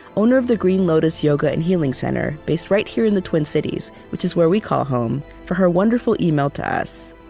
owner of the green lotus yoga and healing center based right here in the twin cities, which is where we call home, for her wonderful email to us.